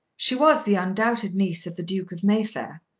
she was the undoubted niece of the duke of mayfair,